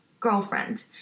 Girlfriend